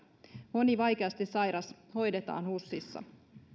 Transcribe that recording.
moni vaikeasti sairas hoidetaan husissa